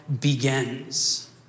begins